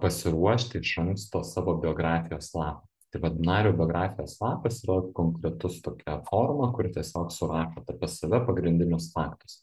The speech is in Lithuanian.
pasiruošti iš anksto savo biografijos lapą tai vat nario biografijos lapas yra konkretus tokia forma kur tiesiog surašot apie save pagrindinius faktus